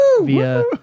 via